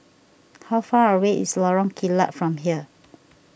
how far away is Lorong Kilat from here